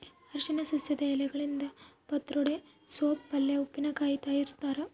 ಅರಿಶಿನ ಸಸ್ಯದ ಎಲೆಗಳಿಂದ ಪತ್ರೊಡೆ ಸೋಪ್ ಪಲ್ಯೆ ಉಪ್ಪಿನಕಾಯಿ ತಯಾರಿಸ್ತಾರ